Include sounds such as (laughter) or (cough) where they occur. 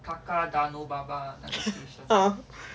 (laughs) ah